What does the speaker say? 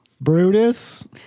Brutus